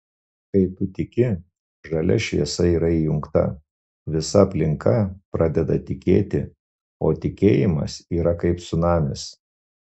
kai tu tiki žalia šviesa yra įjungta visa aplinka pradeda tikėti o tikėjimas yra kaip cunamis